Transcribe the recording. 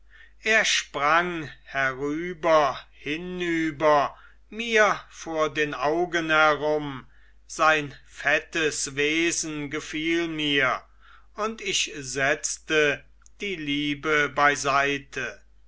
er sprang herüber hinüber mir vor den augen herum sein fettes wesen gefiel mir und ich setzte die liebe beiseite